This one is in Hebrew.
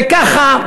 וככה,